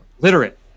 Literate